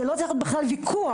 שלא צריך בכלל ויכוח,